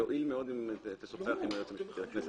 יועיל מאוד אם תשוחח עם היועץ המשפטי לכנסת